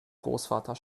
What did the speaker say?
großvater